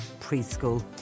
Preschool